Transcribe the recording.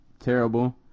Terrible